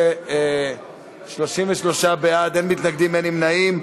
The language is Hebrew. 33 בעד, אין מתנגדים, אין נמנעים.